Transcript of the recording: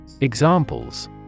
Examples